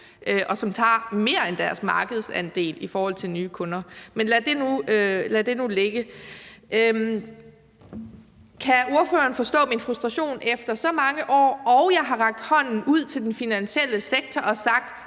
og som tager mere end deres markedsandel i forhold til nye kunder. Men lad det nu ligge. Kan ordføreren forstå min frustration efter så mange år? Jeg har rakt hånden ud til den finansielle sektor og sagt: